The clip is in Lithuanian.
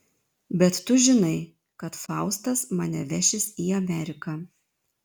bet tu žinai kad faustas mane vešis į ameriką